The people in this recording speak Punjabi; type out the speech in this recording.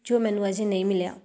ਜੋ ਮੈਨੂੰ ਅਜੇ ਨਹੀਂ ਮਿਲਿਆ